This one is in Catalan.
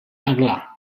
aglà